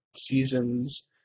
seasons